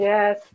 Yes